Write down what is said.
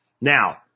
Now